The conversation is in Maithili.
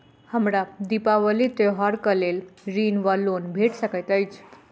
हमरा दिपावली त्योहारक लेल ऋण वा लोन भेट सकैत अछि?